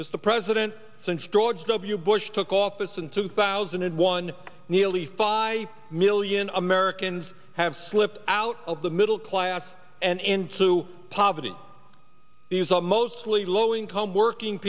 mr president since george w bush took office in two thousand and one nearly five million americans have slipped out of the middle class and into poverty these are mostly low income working